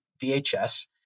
VHS